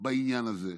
בעניין הזה.